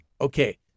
Okay